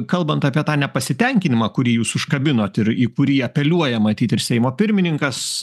kalbant apie tą nepasitenkinimą kurį jūs užkabinot ir į kurį apeliuoja matyt ir seimo pirmininkas